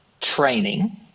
training